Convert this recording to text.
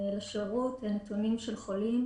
לשירות נתונים של חולים